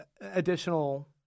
additional